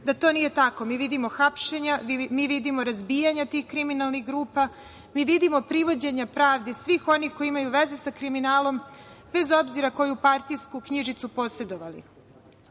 da to nije tako. Mi vidimo hapšenja, mi vidimo razbijanje tih kriminalnih grupa, vidimo privođenja pravdi svih onih koji imaju veze sa kriminalom, bez obzira koju partijsku knjižicu posedovali.